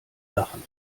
lachen